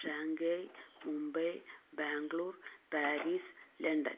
Shanghai Mumbai Bangalore Paris London